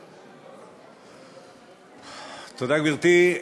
תודה, גברתי.